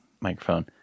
microphone